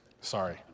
Sorry